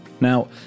Now